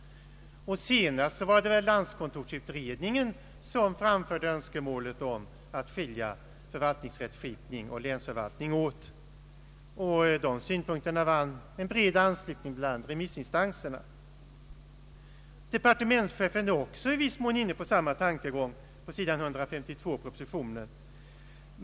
Senast var det landskontorsutredningen som framförde önskemålet att man skulle skilja förvaltningsrättsskipning och länsförvaltning åt. De synpunkterna vann bred anslutning bland remissinstanserna. Departementschefen är också i viss mån inne på samma tankegång på sidan 152 i propositionen.